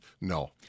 no